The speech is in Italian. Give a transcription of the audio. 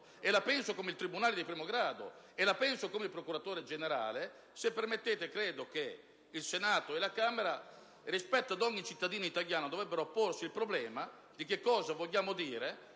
(e la penso come il tribunale di primo grado e come il procuratore generale della Cassazione), se permettete, credo che il Senato e la Camera, rispetto a ogni cittadino italiano, dovrebbero porsi il problema di cosa voglia dire